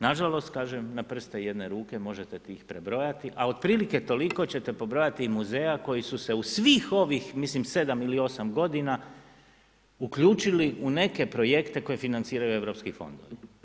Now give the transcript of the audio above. Nažalost kažem na prste jedne ruke možete ih prebrojati a otprilike toliko ćete pobrojati muzeja kolji su se u svih ovih mislim 7 ili 8 g. uključili u neke projekte koje financiraju EU fondovi.